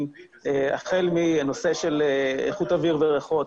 החל מנושא של איכות אוויר וריחות,